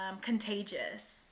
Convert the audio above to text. contagious